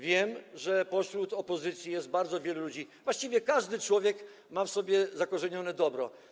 Wiem, że pośród opozycji jest bardzo wielu dobrych ludzi, właściwie każdy człowiek ma w sobie zakorzenione dobro.